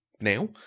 now